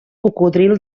cocodril